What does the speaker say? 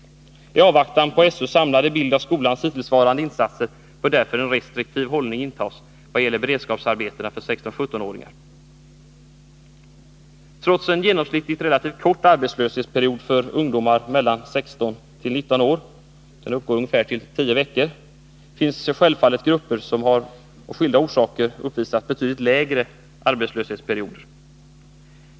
I avvaktan på SÖ:s samlade bild av skolans hittillsvarande insatser bör därför en restriktiv hållning intas vad gäller beredskapsarbeten för 16-17 åringar. Trots en genomsnittligt relativt kort arbetslöshetsperiod för ungdomar mellan 16 och 19 år — den uppgår till ungefär tio veckor — finns självfallet grupper som av skilda orsaker uppvisar betydligt längre arbetslöshetsperioder.